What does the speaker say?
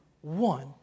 one